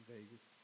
Vegas